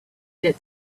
get